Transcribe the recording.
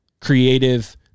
creative